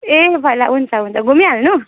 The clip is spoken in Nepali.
ए भाइ ल हुन्छ हुन्छ घुमिहाल्नु